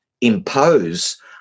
impose